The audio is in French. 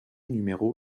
numéro